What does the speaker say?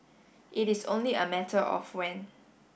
it is only a matter of when